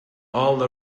all